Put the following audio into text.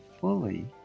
fully